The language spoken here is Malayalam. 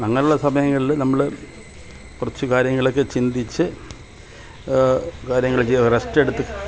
അങ്ങനെയുള്ള സമയങ്ങളില് നമ്മള് കുറച്ച് കാര്യങ്ങളൊക്കെ ചിന്തിച്ച് കാര്യങ്ങള് ചെയ്യുക റെസ്റ്റെടുത്ത്